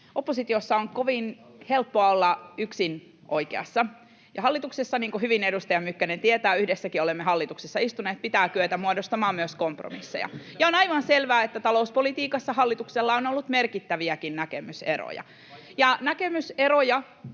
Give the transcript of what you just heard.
oppositiossa on kovin helppoa olla yksin oikeassa ja hallituksessa, niin kuin hyvin edustaja Mykkänen tietää — yhdessäkin olemme hallituksessa istuneet —, pitää kyetä muodostamaan myös kompromisseja. Ja on aivan selvää, että talouspolitiikassa hallituksella on ollut merkittäviäkin näkemyseroja,